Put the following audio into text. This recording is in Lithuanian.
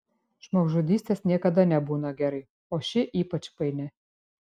žmogžudystės niekada nebūna gerai o ši ypač paini